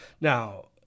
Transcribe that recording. Now